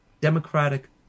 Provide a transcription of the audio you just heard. democratic